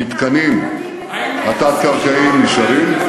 המתקנים התת-קרקעיים נשארים,